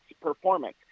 performance